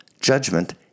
judgment